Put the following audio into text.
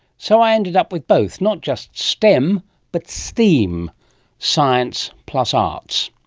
so i ended up with both, not just stem but steam science plus arts.